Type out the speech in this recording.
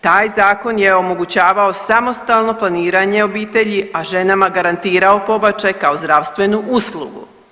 Taj zakon je omogućavao samostalno planiranje obitelji, a ženama garantirao pobačaj kao zdravstvenu uslugu.